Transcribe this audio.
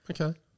Okay